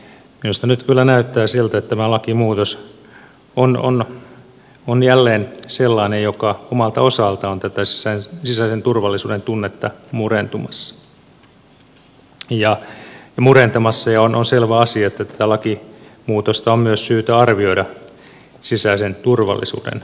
minusta nyt kyllä näyttää siltä että tämä lakimuutos on jälleen sellainen joka omalta osaltaan on tätä sisäisen turvallisuuden tunnetta murentamassa ja on selvä asia että tätä lakimuutosta on myös syytä arvioida sisäisen turvallisuuden näkökulmasta